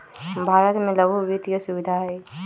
भारत में लघु वित्त के सुविधा हई